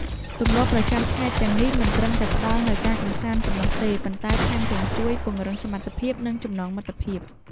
ទម្លាប់ប្រចាំថ្ងៃទាំងនេះមិនត្រឹមតែផ្ដល់នូវការកម្សាន្តប៉ុណ្ណោះទេប៉ុន្តែថែមទាំងជួយពង្រឹងសមត្ថភាពនិងចំណងមិត្តភាព។